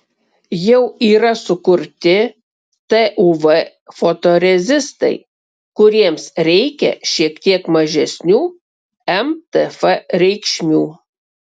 jau yra sukurti tuv fotorezistai kuriems reikia šiek tiek mažesnių mtf reikšmių